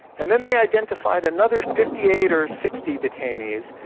and then they identified another fifty eight or sixty detainees,